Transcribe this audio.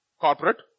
Corporate